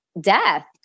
death